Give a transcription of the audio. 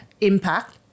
impact